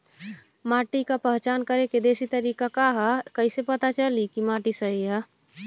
माटी क पहचान करके देशी तरीका का ह कईसे पता चली कि माटी सही ह?